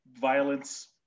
violence